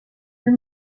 den